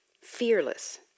Fearless